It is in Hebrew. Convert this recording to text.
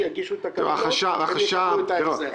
שיגישו את הקבלות ויקבלו את ההחזר.